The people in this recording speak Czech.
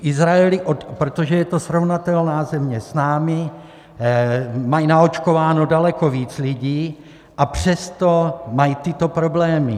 V Izraeli, protože je to srovnatelná země s námi, mají naočkováno daleko více lidí, a přesto mají tyto problémy.